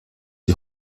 die